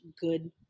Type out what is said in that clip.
good